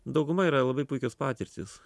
dauguma yra labai puikios patirtys